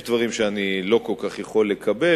יש דברים שאני לא כל כך יכול לקבל,